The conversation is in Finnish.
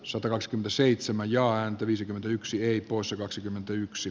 soros g seitsemän ja antti viisikymmentäyksi ei poissa kaksikymmentäyksi